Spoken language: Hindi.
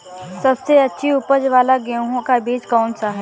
सबसे अच्छी उपज वाला गेहूँ का बीज कौन सा है?